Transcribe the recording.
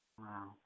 Wow